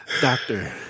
Doctor